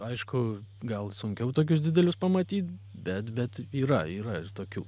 aišku gal sunkiau tokius didelius pamatyt bet bet yra yra ir tokių